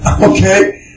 Okay